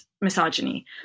misogyny